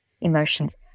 emotions